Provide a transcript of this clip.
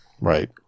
Right